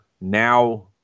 now